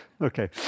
Okay